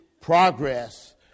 progress